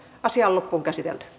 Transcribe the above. asialla on päättyi